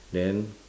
then